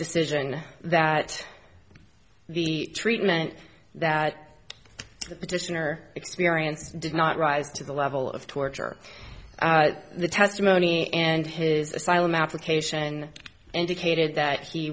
decision that the treatment that the petitioner experienced did not rise to the level of torture the testimony and his asylum application indicated that he